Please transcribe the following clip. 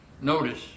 Notice